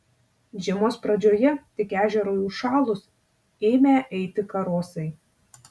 žiemos pradžioje tik ežerui užšalus ėmę eiti karosai